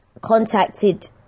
contacted